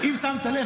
אם שמת לב,